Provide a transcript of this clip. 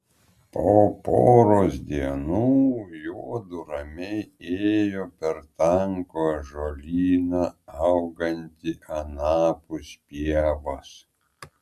po poros dienų juodu ramiai ėjo per tankų ąžuolyną augantį anapus pievos